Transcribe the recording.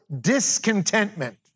discontentment